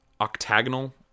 octagonal